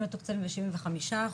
הם מתוקצבים ב-75%,